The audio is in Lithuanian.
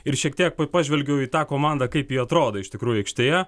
ir šiek tie pažvelgiau į tą komandą kaip ji atrodo iš tikrųjų aikštėje